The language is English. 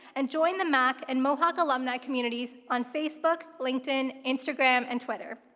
and join the mac and mohawk alumni communities on facebook, linkedin, instagram and twitter.